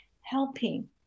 helping